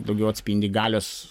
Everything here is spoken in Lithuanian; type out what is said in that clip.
daugiau atspindi galios